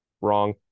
Wrong